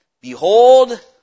Behold